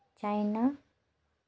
China